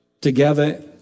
together